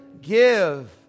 Give